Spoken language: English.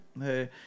hey